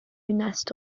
nest